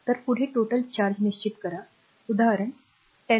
तर पुढे total charge निश्चित करा उदाहरण 10